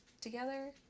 together